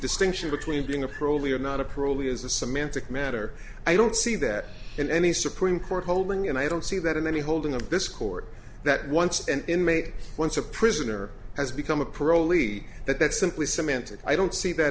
distinction between being a parolee or not a parolee is a semantic matter i don't see that in any supreme court holding and i don't see that in any holding of this court that once and inmate once a prisoner has become a parolee that that's simply semantics i don't see that